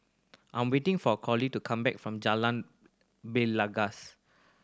I'm waiting for Colie to come back from Jalan Belangkas